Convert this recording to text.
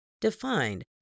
defined